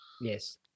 Yes